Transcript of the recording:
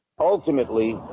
Ultimately